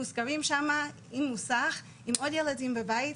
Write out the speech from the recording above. עם עוד ילדים בבית,